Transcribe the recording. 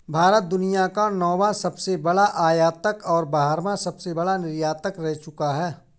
भारत दुनिया का नौवां सबसे बड़ा आयातक और बारहवां सबसे बड़ा निर्यातक रह चूका है